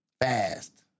fast